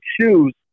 shoes